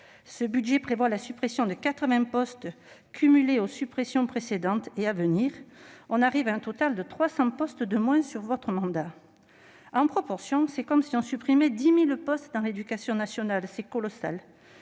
Ce budget prévoit la suppression de 80 postes, qui, cumulée aux suppressions précédentes et à venir, porte le total à 300 postes de moins durant votre mandat. En proportion, c'est comme si on supprimait 10 000 postes dans l'éducation nationale : c'est colossal